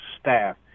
staff